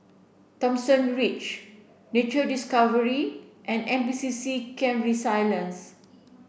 Thomson Ridge Nature Discovery and N P C C Camp Resilience